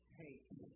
hate